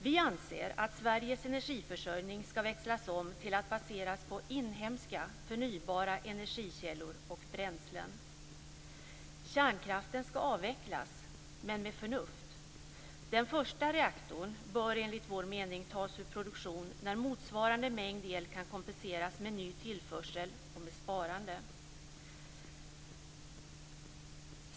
Vi anser att Sveriges energiförsörjning skall växlas om till att baseras på inhemska förnybara energikällor och bränslen. Kärnkraften skall avvecklas, men med förnuft. Den första reaktorn bör enligt vår mening tas ur produktion när motsvarande mängd el kan kompenseras med ny tillförsel och med sparande.